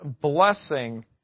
blessing